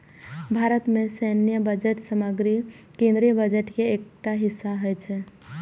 भारत मे सैन्य बजट समग्र केंद्रीय बजट के एकटा हिस्सा होइ छै